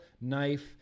knife